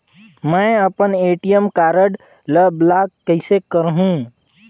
मै अपन ATM card ल ब्लाक कइसे करहूं?